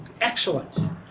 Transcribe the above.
excellent